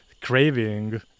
craving